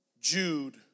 Jude